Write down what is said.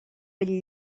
bell